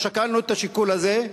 לא שקלנו את השיקול הזה,